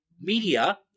media